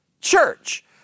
church